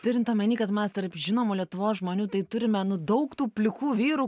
turint omeny kad mes tarp žinomų lietuvos žmonių tai turime nu daug tų plikų vyrų